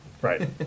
Right